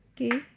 Okay